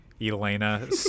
elena